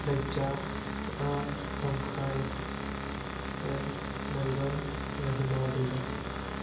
ꯂꯩꯆꯥ ꯇꯝꯈꯥꯏ ꯑꯦꯟ ꯃꯥꯏꯕꯝ ꯔꯍꯤꯃꯥ ꯕꯦꯒꯝ